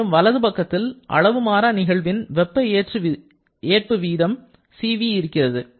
மேலும் வலது பக்கத்தில் அளவு மாறா நிகழ்வின் வெப்ப ஏற்பு வீதம்Cv இருக்கிறது